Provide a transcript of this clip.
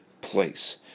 place